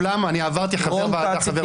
עברתי חבר ועדה, חבר ועדה.